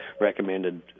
recommended